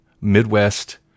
Midwest